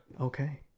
Okay